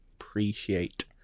appreciate